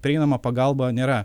prieinama pagalba nėra